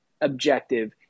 objective